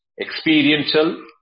experiential